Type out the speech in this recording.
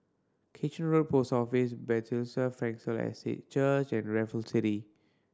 Kitchener Road Post Office Bethesda Frankel Estate Church and Raffle City